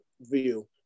view